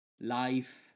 life